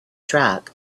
track